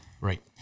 Right